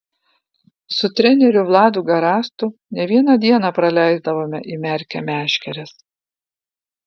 su treneriu vladu garastu ne vieną dieną praleisdavome įmerkę meškeres